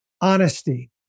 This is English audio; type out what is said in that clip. honesty